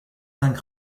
cinq